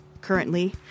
currently